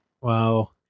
Wow